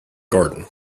garden